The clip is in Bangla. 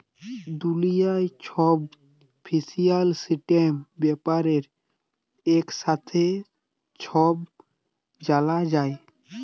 দুলিয়ার ছব ফিন্সিয়াল সিস্টেম ব্যাপারে একসাথে ছব জালা যায়